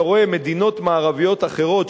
אתה רואה מדינות מערביות אחרות,